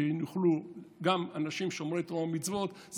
שיוכלו גם אנשים שומרי תורה ומצוות,